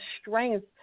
strength